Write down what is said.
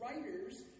writers